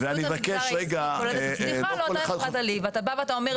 אני מאוד מתחברת למה שאתה אומר,